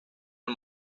del